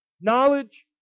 knowledge